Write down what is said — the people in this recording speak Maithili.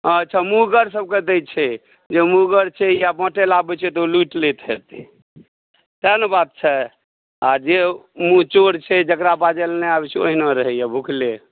अच्छा मुँहगर सभकेँ दै छै जे मुँहगर छै या जे बाटैला आबै छै ओ लुटि लै छै सएह ने बात छै आ जे मुँहचोर छै जकरा बाजऽ लए नहि आबै छै ओहिना रहैयऽभुखले